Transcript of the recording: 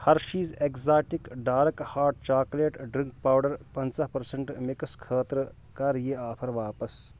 Hershey's exotic dark hot chocolate drink powder پَنژاہ percent mix خٲطرٕ کَر یِیہِ آفر واپس؟